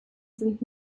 sind